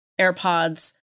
AirPods